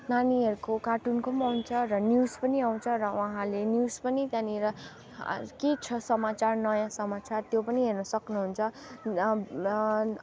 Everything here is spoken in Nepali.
नानीहरूको कार्टुनको आउँछ र न्युज पनि आउँछ र उहाँले न्युज पनि त्यहाँनिर के छ समाचार नयाँ समाचार त्यो पनि हेर्न सक्नुहुन्छ